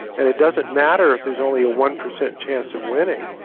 and it doesn't matter if there's only a one percent chance of winning.